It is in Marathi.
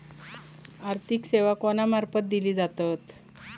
आर्थिक सेवा कोणा मार्फत दिले जातत?